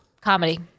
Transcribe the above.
Comedy